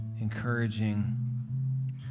encouraging